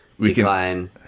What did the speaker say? decline